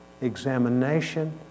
examination